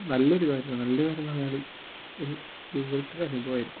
നല്ലൊരു കാര്യമാണ് നല്ല കാര്യമെന്നു പറഞ്ഞാൽ ഒരു വേറിട്ട അനുഭവമായിരിക്കും